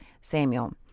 Samuel